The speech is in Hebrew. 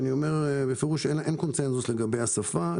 אין קונצנזוס לגבי השפה.